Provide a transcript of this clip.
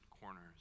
corners